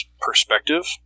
perspective